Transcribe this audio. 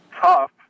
tough